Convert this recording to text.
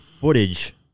footage